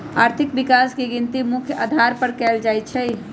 आर्थिक विकास के गिनती मुख्य अधार पर कएल जाइ छइ